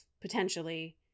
potentially